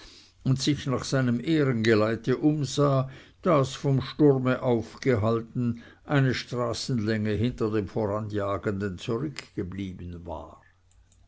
und sich nach seinem ehrengeleit umsah das vom sturme aufgehalten eine straßenlänge hinter dem voranjagenden zurückgeblieben war